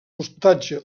hostatja